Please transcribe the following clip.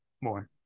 more